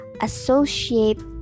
Associate